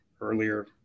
earlier